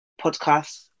podcast